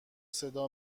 صدا